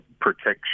protection